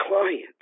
clients